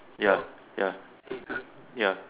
ya ya ya